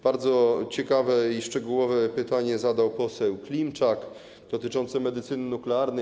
Bardzo ciekawe i szczegółowe pytanie zadał poseł Klimczak dotyczące medycyny nuklearnej.